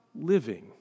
living